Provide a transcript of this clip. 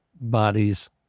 bodies